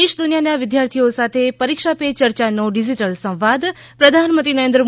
દેશ દુનિયાના વિદ્યાર્થીઓ સાથે પરીક્ષા પે ચર્ચા નો ડિજિટલ સંવાદ પ્રધાનમંત્રી નરેન્દ્ર